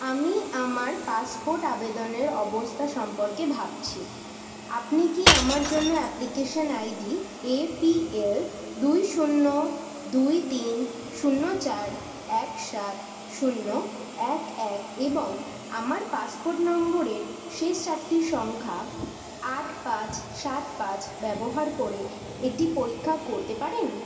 আমি আমার পাসপোর্ট আবেদনের অবস্থা সম্পর্কে ভাবছি আপনি কি আমার জন্য অ্যাপ্লিকেশন আইডি এপিএল দুই শূন্য দুই তিন শূন্য চার এক সাত শূন্য এক এক এবং আমার পাসপোর্ট নম্বরের শেষ চারটি সংখ্যা আট পাঁচ সাত পাঁচ ব্যবহার করে এটি পরীক্ষা করতে পারেন